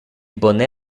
boné